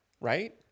right